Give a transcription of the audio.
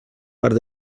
part